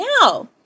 now